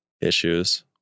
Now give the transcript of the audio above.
issues